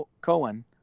Cohen